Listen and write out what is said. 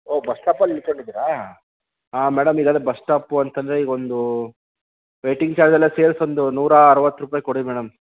ಓಹ್ ಬಸ್ಟಾಪಲ್ಲಿ ನಿಂತ್ಕೊಂಡಿದ್ದೀರಾ ಹಾಂ ಮೇಡಮ್ ಇದಾದರೆ ಬಸ್ಟಾಪು ಅಂತಂದರೆ ಈಗೊಂದು ವೈಟಿಂಗ್ ಚಾರ್ಜೆಲ್ಲ ಸೇರ್ಸೊಂದು ನೂರ ಅರುವತ್ತು ರೂಪಾಯಿ ಕೊಡಿ ಮೇಡಮ್